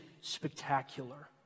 spectacular